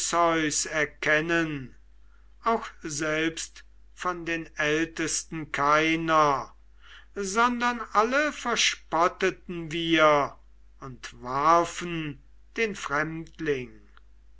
erkennen auch selbst von den ältesten keiner sondern alle verspotteten wir und warfen den fremdling